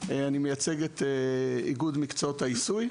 אני מייצג את איגוד מקצועות העיסוי,